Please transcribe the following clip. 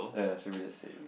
ya should be the same